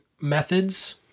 methods